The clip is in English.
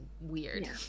weird